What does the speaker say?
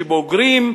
שבוגרים,